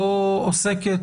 לא עוסקת,